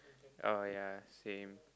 oh ya same